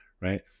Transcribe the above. right